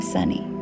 Sunny